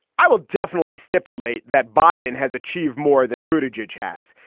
i will definitely stipulate that biden has achieved more than bhuta judge has.